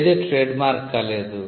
ఏది ట్రేడ్మార్క్ కాలేదు